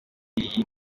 iyi